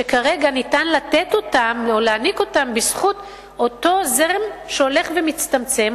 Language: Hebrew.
שכרגע ניתן לתת אותן או להעניק אותן בזכות אותו זרם שהולך ומצטמצם,